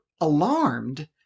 alarmed